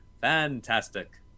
Fantastic